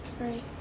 Right